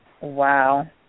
Wow